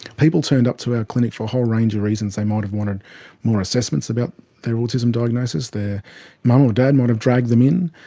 people turned up to our clinic for a whole range of reasons. they might have wanted more assessments about their autism diagnosis. their mum or dad might have dragged them in.